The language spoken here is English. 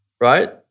right